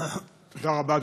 תודה רבה,